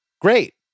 Great